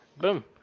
Boom